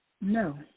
No